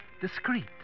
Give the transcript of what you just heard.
discreet